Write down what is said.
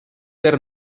der